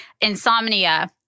Insomnia